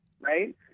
right